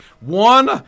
One